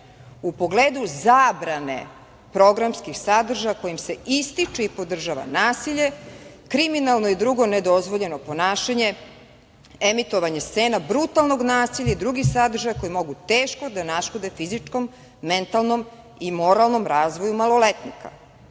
u pogledu zabrane programskih sadržaja kojim se ističe i podržava nasilje, kriminalno i drugo nedozvoljeno ponašanje, emitovanje scena brutalnog nasilja i drugih sadržaja koji mogu teško da naškode fizičkom, mentalnom i moralnom razvoju maloletnika“.Poslednja